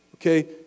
Okay